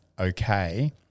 okay